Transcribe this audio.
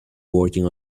working